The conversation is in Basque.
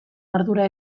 ardura